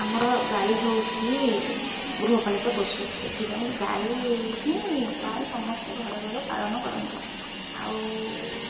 ଆମର ଗାଈ ହେଉଛି ଗୃହପାଳିତ ପଶୁ ସେଥିପାଇଁ ଗାଈ ହିଁ ପ୍ରାୟ ସମସ୍ତେ ଘରେ ଘରେ ପାଳନ କରନ୍ତି ଆଉ